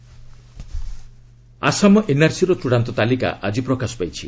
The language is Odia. ଆସାମ ଏନ୍ଆର୍ସି ଆସାମ ଏନ୍ଆର୍ସିର ଚୂଡ଼ାନ୍ତ ତାଲିକା ଆଜି ପ୍ରକାଶ ପାଇଛି